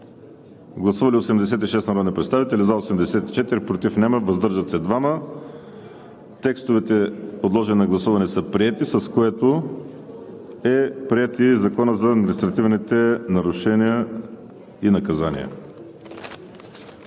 Гласували 86 народни представители: за 84, против няма, въздържали се 2. Текстовете са приети, с което е приет и Законът за административните нарушения и наказания.